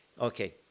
Okay